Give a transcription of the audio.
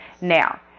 Now